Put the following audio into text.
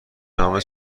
نامه